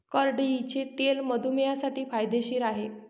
करडईचे तेल मधुमेहींसाठी फायदेशीर आहे